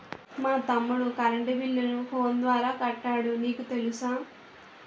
మా తమ్ముడు కరెంటు బిల్లును ఫోను ద్వారా కట్టాడు నీకు తెలుసా